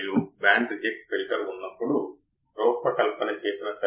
ఇప్పుడు ఈ ట్రాన్సిస్టర్ సరిగ్గా బయాస్ తో ఉండాలి అవునా